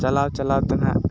ᱪᱟᱞᱟᱣ ᱪᱟᱞᱟᱣ ᱛᱮ ᱱᱟᱦᱟᱜ